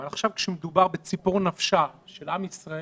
אבל עכשיו כשמדובר בציפור נפשו של עם ישראל,